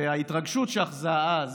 ההתרגשות שאחזה אז,